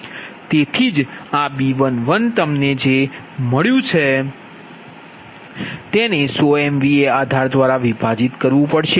તેથી જ આ B11 તમને જે મળ્યું છે તેને 100 એમવીએ આધાર દ્વારા વિભાજિત કરવું પડશે